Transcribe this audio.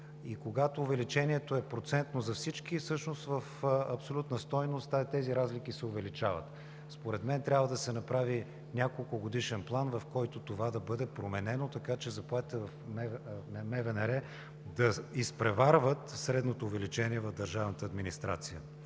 Когато увеличението е процентно за всички, всъщност в абсолютна стойност тези разлики се увеличават. Според мен трябва да се направи няколкогодишен план. Моля това да бъде променено, така че заплатите в МВнР да изпреварват средното увеличение в държавната администрация.